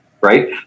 right